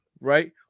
right